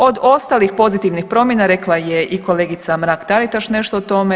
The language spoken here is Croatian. Od ostalih pozitivnih promjena rekla je i kolegica Mrak-Taritaš nešto o tome.